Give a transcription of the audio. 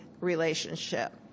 relationship